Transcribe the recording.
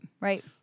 right